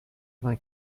vingt